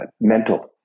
mental